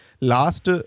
last